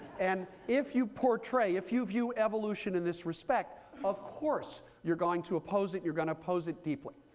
and if you portray, if you view evolution in this respect, of course you're going to oppose it. you're going to oppose it deeply.